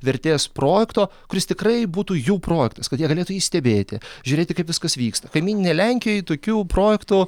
vertės projekto kuris tikrai būtų jų projektas kad jie galėtų jį stebėti žiūrėti kaip viskas vyksta kaimyninėj lenkijoj tokių projektų